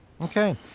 Okay